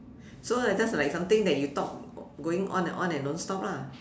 so like just like something that you talk going on and on and non stop lah